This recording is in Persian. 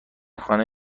خانه